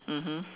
mmhmm